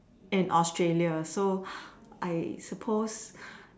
in Australia so I suppose